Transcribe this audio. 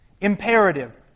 Imperative